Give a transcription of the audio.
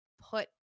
put